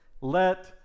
Let